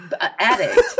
addict